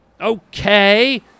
Okay